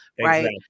Right